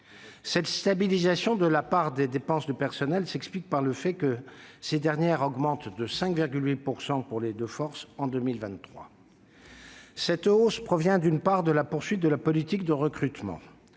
Cette stabilisation de la part des dépenses de personnel s'explique par le fait que ces dernières augmentent de 5,8 % pour les deux forces en 2023. Cette hausse provient, d'abord, de la poursuite de la politique de recrutement.